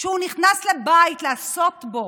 שהוא נכנס לבית לעשות בו